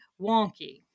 wonky